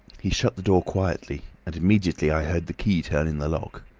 he shut the door quietly, and immediately i heard the key turn in the lock.